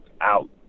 out